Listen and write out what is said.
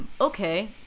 okay